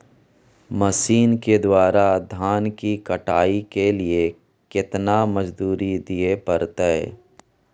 Machine के द्वारा धान की कटाइ के लिये केतना मजदूरी दिये परतय?